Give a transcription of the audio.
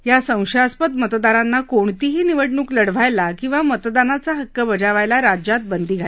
या संशयास्पद मतदारांना कोणतीही निवडणूक लढवायला किंवा मतदानाचा हक्क बजावायला राज्यात बंदी घातली आहे